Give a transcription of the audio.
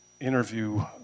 interview